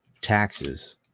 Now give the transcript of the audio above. taxes